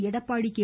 Edappadi K